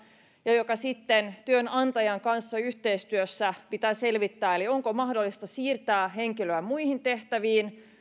ja sitten työnantajan kanssa yhteistyössä pitää selvittää onko mahdollista siirtää henkilöä muihin tehtäviin